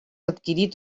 adquirit